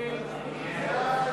קבוצת סיעת